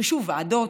ושוב ועדות.